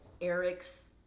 Eric's